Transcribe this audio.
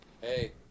hey